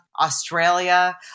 Australia